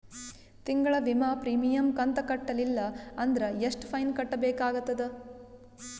ತಿಂಗಳ ವಿಮಾ ಪ್ರೀಮಿಯಂ ಕಂತ ಕಟ್ಟಲಿಲ್ಲ ಅಂದ್ರ ಎಷ್ಟ ಫೈನ ಕಟ್ಟಬೇಕಾಗತದ?